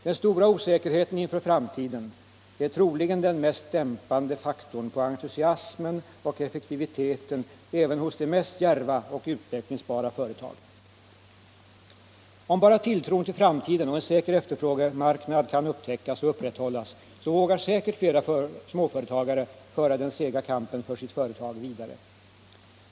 Den stora osäkerheten inför framtiden är troligen den mest dämpande faktorn på entusiasmen och effektiviteten även hos de mest djärva och utvecklingsbara företag. Om bara tilltron till framtiden och en säker efterfrågemarknad kan upptäckas och upprätthållas så vågar säkert flera småföretagare föra den sega kampen för sitt företag vidare.